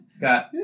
got